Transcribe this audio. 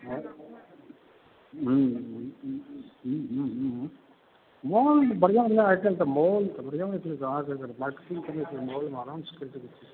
हुँ हुँ हुँ हुँ मॉल बढ़िआँ बढ़िआँ आइकाल्हि तऽ मॉल मॉलमे आरामसँ कऽ सकै छी